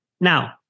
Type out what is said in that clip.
Now